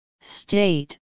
state